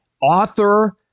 author